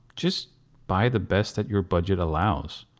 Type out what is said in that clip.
just buy the best that your budget allows.